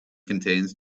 contains